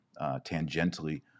tangentially